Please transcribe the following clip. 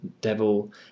Devil